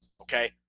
Okay